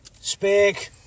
Speak